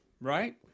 right